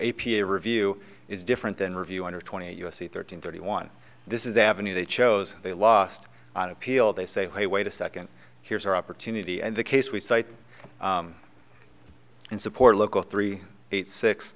peer review is different than review under twenty u s c thirteen thirty one this is avenue they chose they lost on appeal they say hey wait a second here's our opportunity and the case we cite in support local three eight six